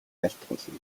айлтгуулна